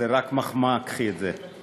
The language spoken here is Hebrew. זו רק מחמאה, קחי את זה.